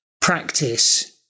practice